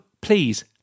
please